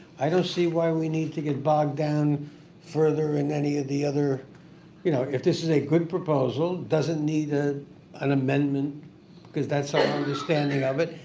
i don't see why we need to get bogged down further in any of the other you know, if this is a good proposal, doesn't need ah an amendment because that's my ah understanding of it,